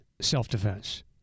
self-defense